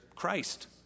Christ